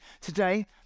today